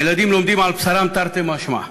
הילדים לומדים על בשרם, תרתי משמע,